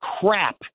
crap